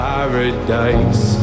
Paradise